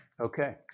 Okay